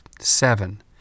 seven